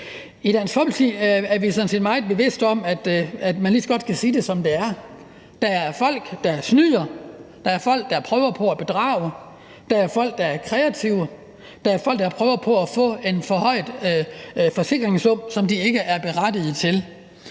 I Dansk Folkeparti er vi jo sådan set meget bevidste om, at man lige så godt kan sige det, som det er: Der er folk, der snyder; der er folk, der prøver på at bedrage; der er folk, der er kreative; der er folk, der prøver på at få en forhøjet forsikringssum, som de ikke er berettiget til.